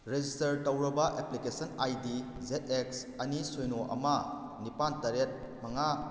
register ꯇꯧꯔꯕ application I D Z X ꯑꯅꯤ ꯁꯤꯅꯣ ꯑꯃ ꯅꯤꯄꯥꯜ ꯇꯔꯦꯠ ꯃꯉꯥ